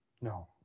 No